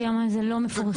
כיום זה לא מפורסם.